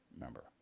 member